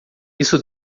isso